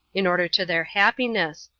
in order to their happiness,